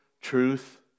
truth